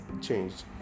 changed